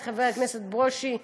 חבר הכנסת ברושי,